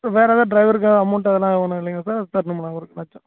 sir வேறு எதா ட்ரைவருக்கு அமௌண்ட் எதனா ஒன்றும் இல்லைங்களா சார் தர்ணுமா அவருக்கு எதனாச்சும்